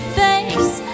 face